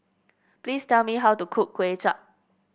please tell me how to cook Kuay Chap